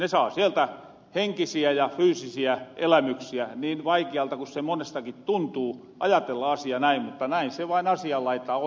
ne saa sieltä henkisiä ja fyysisiä elämyksiä niin vaikealta kuin se monestakin tuntuu ajatella asiaa näin mutta näin se vaan asian laita on